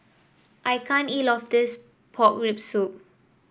I can't eat all of this Pork Rib Soup